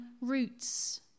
roots